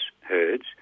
herds